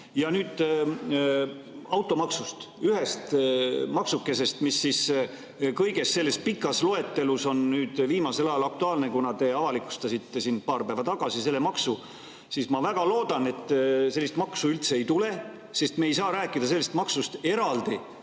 panna. Nüüd automaksust, ühest maksukesest, mis kogu selles pikas loetelus on viimasel ajal aktuaalne, kuna te avalikustasite siin paar päeva tagasi selle maksu. Ma väga loodan, et sellist maksu üldse ei tule, sest me ei saa rääkida sellest maksust eraldi,